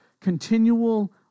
continual